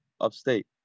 upstate